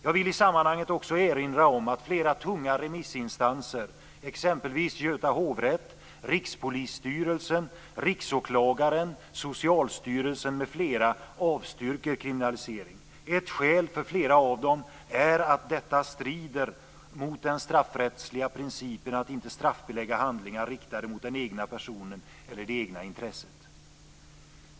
Jag vill i sammanhanget också erinra om att flera tunga remissinstanser - exempelvis Göta hovrätt, - avstyrker kriminalisering. Ett skäl för flera av dem är att detta strider mot den straffrättsliga principen att inte straffbelägga handlingar riktade mot den egna personen eller det egna intresset.